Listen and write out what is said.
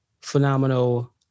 phenomenal